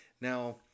Now